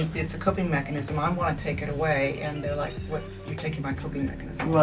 it's a coping mechanism. i want to take it away, and they're like, you're taking my coping mechanism